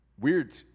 weird